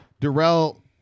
Darrell